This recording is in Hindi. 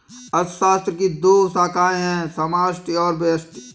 अर्थशास्त्र की दो शाखाए है समष्टि और व्यष्टि